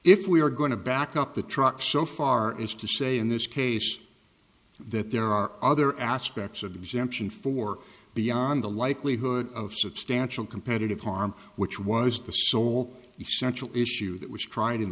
if we are going to back up the truck so far as to say in this case that there are other aspects of exemption for beyond the likelihood of substantial competitive harm which was the sole essential issue that was tried in